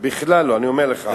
בכלל לא, אני אומר לך.